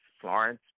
Florence